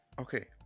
okay